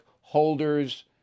Holder's